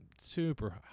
super